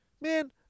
Man